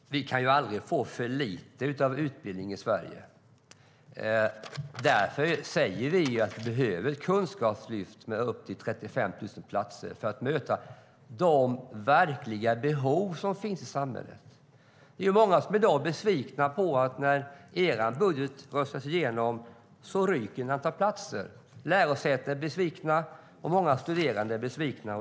Herr talman! Vi kan aldrig få för mycket utbildning i Sverige. Därför behöver vi ett kunskapslyft med upp till 35 000 platser, för att möta de verkliga behov som finns i samhället. Många är besvikna i dag på att ett antal platser ryker nu när er budget har röstats igenom, Betty Malmberg. Lärosäten är besvikna, och många studerande är besvikna.